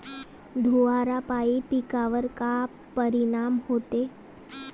धुवारापाई पिकावर का परीनाम होते?